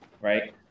right